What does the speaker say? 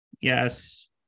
Yes